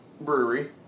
Brewery